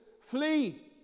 flee